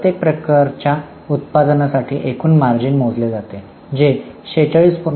तर प्रत्येक प्रकारच्या उत्पादनासाठी एकूण मार्जिन मोजले जाते जे 46